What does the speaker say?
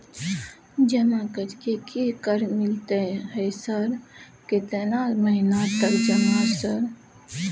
जमा कर के की कर मिलते है सर केतना महीना तक जमा सर?